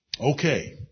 Okay